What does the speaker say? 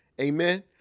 Amen